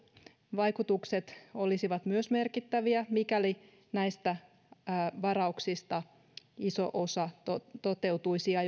vaikutukset olisivat myös merkittäviä mikäli varauksista iso osa toteutuisi ja